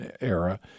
era